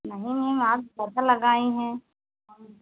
नहीं मेम आप ज़्यादा लगाई हैं कम